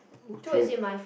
okay